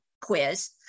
quiz